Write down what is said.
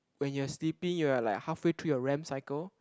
when you are sleepy you are like halfway through your Rem cycle